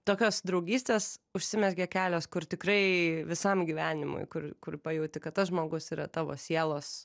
tokios draugystės užsimezgė kelios kur tikrai visam gyvenimui kur kur pajauti kad tas žmogus yra tavo sielos